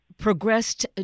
progressed